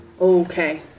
Okay